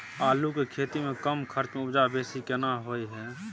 आलू के खेती में कम खर्च में उपजा बेसी केना होय है?